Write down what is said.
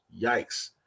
Yikes